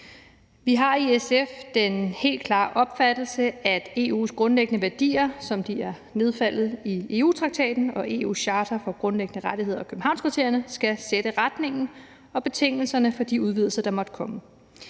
Vi har i SF den helt klare opfattelse, at EU’s grundlæggende værdier, som de er nedfældet i EU-traktaten og EU's charter for grundlæggende rettigheder og Københavnskriterierne, skal sætte retningen og betingelserne for de udvidelser, der måtte komme.